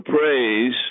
praise